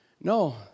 No